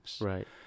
right